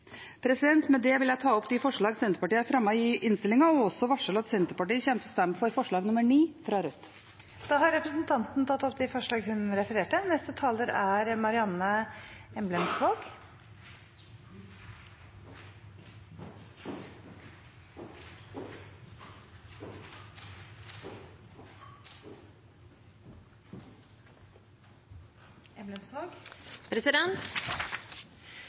Med det vil jeg ta opp de forslag Senterpartiet har fremmet i innstillingen, og også varsle at Senterpartiet kommer til å stemme for forslag nr. 9, fra Rødt. Representanten Marit Arnstad har tatt opp de forslagene hun refererte til. Det er